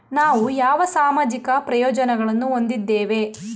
ನಾವು ಯಾವ ಸಾಮಾಜಿಕ ಪ್ರಯೋಜನಗಳನ್ನು ಹೊಂದಿದ್ದೇವೆ?